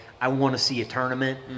I-want-to-see-a-tournament